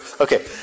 Okay